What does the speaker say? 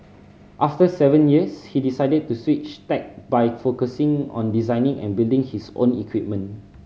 after seven years he decided to switch tack by focusing on designing and building his own equipment